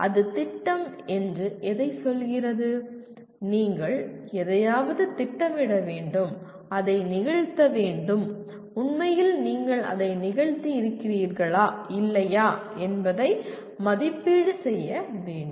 அது "திட்டம்" என்று எதை சொல்கிறது நீங்கள் எதையாவது திட்டமிட வேண்டும் அதை நிகழ்த்த வேண்டும் உண்மையில் நீங்கள் அதை நிகழ்த்தியிருக்கிறீர்களா இல்லையா என்பதை மதிப்பீடு செய்ய வேண்டும்